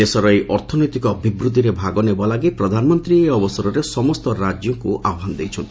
ଦେଶର ଏହି ଅର୍ଥନୈତିକ ଅଭିବୃଦ୍ଧିରେ ଭାଗ ନେବା ଲାଗି ପ୍ରଧାନମନ୍ତ୍ରୀ ଏହି ଅବସରରେ ସମସ୍ତ ରାଜ୍ୟକୁ ଆହ୍ପାନ ଦେଇଛନ୍ତି